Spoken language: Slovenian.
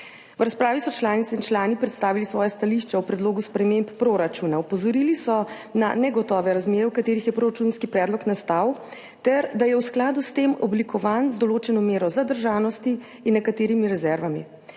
V razpravi so članice in člani predstavili svoje stališče o predlogu sprememb proračuna. Opozorili so na negotove razmere, v katerih je proračunski predlog nastal, ter da je v skladu s tem oblikovan z določeno mero zadržanosti in nekaterimi rezervami.